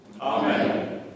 Amen